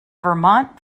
vermont